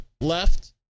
left